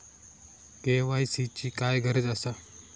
KYC ची काय गरज आसा?